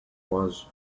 was